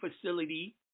facility